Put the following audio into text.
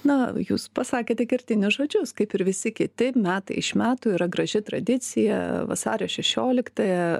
na jūs pasakėte kertinius žodžius kaip ir visi kiti metai iš metų yra graži tradicija vasario šešioliktąją